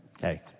hey